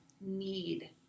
need